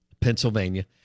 Pennsylvania